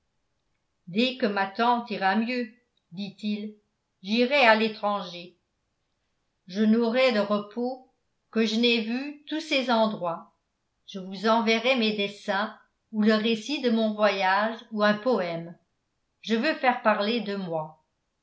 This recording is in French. dès que ma tante ira mieux dit-il j'irai à l'étranger je n'aurai de repos que je n'aie vu tous ces endroits je vous enverrai mes dessins ou le récit de mon voyage ou un poème je veux faire parler de moi